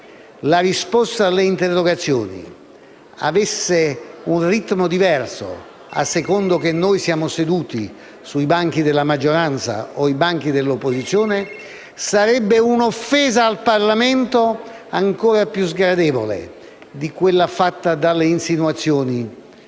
la risposta alle interrogazioni avesse un ritmo diverso a seconda se sediamo tra i banchi della maggioranza o quelli dell'opposizione, sarebbe un'offesa al Parlamento ancora più sgradevole di quella fatta dalle insinuazioni